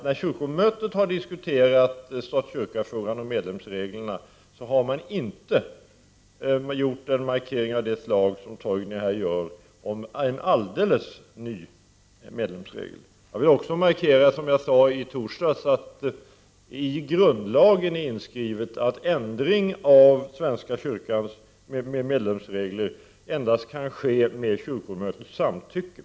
När kyrkomötet har diskuterat stat-kyrka-frågan och medlemsreglerna har man inte gjort någon markering av det slag som Torgny Larsson här gör, om en alldeles ny medlemsregel. Jag vill också, som jag sade i torsdags, markera att det i grundla gen är inskrivet att ändring av svenska kyrkans medlemsregler endast kv': ske med kyrkomötets samtycke.